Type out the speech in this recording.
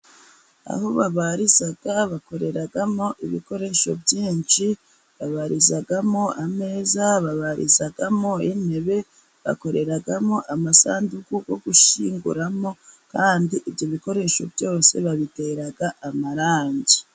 Aho babariza bakoreramo ibikoresho byinshi, babarizamo ameza, babarizamo intebe, bakoreramo amasanduku yo gushyinguramo, kandi ibyo bikoresho byose babitera amarangi.